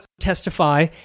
testify